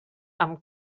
amb